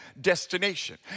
destination